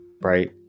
right